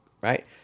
Right